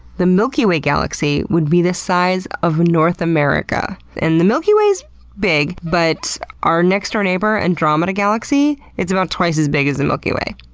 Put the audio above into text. the milky way galaxy would be the size of north america. and the milky way is big, but our next-door neighbor, andromeda galaxy, it's about twice as big as the milky way.